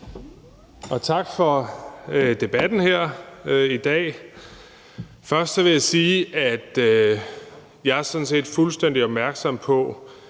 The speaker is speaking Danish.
tak for debatten her i dag. Først vil jeg sige, at jeg sådan set er fuldstændig opmærksom på,